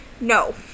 No